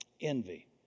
Envy